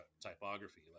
typography